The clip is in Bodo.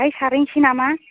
दाहाय सारहैनोसै नामा